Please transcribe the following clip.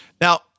Now